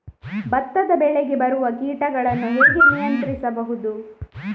ಭತ್ತದ ಬೆಳೆಗೆ ಬರುವ ಕೀಟಗಳನ್ನು ಹೇಗೆ ನಿಯಂತ್ರಿಸಬಹುದು?